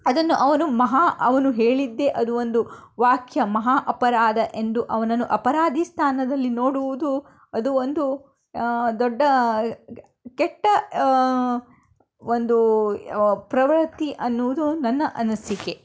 ಅದನ್ನು ಅವನು ಮಹಾ ಅವನು ಹೇಳಿದ್ದೆ ಅದು ಒಂದು ವಾಕ್ಯ ಮಹಾ ಅಪರಾಧ ಎಂದು ಅವನನ್ನು ಅಪರಾಧಿ ಸ್ಥಾನದಲ್ಲಿ ನೋಡುವುದು ಅದು ಒಂದು ದೊಡ್ಡ ಕೆಟ್ಟ ಒಂದು ಪ್ರವೃತ್ತಿ ಅನ್ನುವುದು ನನ್ನ ಅನಿಸಿಕೆ